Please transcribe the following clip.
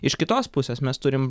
iš kitos pusės mes turim